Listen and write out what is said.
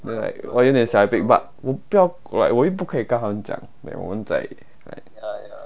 then like !wah! 有点小 我不要 like 我又不可以跟他们讲 like 我们在